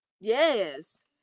Yes